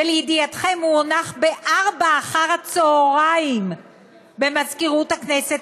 ולידיעתכם, הוא הונח ב-16:00 במזכירות הכנסת.